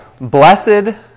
Blessed